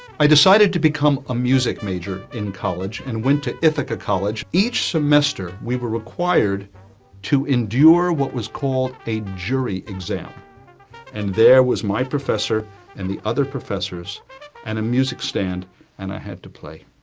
i decided to become a music, major in college and went to ithaca college each semester we were required to endure what, was called a jury, exam and there was my professor and the other professors and a music stand and i had to play